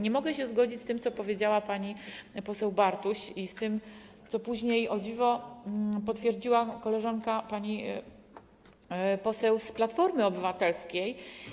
Nie mogę się zgodzić z tym, co powiedziała pani poseł Bartuś, i z tym, co później, o dziwo, potwierdziła pani poseł z Platformy Obywatelskiej.